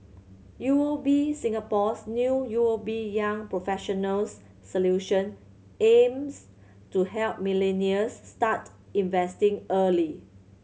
U O B Singapore's new U O B Young Professionals Solution aims to help millennials start investing early